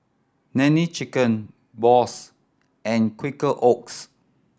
Nene Chicken Bose and Quaker Oats